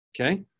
Okay